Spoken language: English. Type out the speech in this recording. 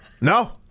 No